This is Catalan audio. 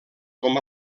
com